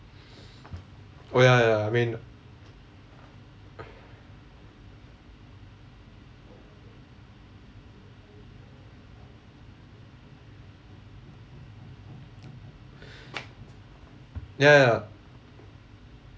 oh ya ya ya I mean ya ya ya